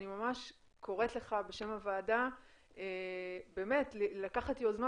אני ממש קוראת לך בשם הוועדה באמת לקחת יוזמה